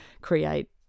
create